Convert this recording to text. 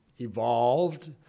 evolved